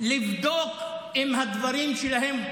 לבדוק אם הדברים שלהם,